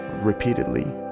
repeatedly